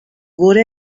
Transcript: wurde